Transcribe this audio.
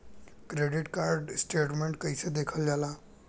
Credit card statement कइसे देखल जाला?